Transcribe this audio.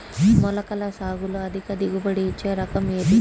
మొలకల సాగులో అధిక దిగుబడి ఇచ్చే రకం ఏది?